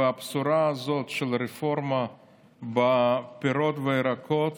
והבשורה הזאת של רפורמה בפירות ובירקות